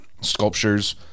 sculptures